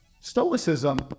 Stoicism